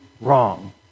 wrong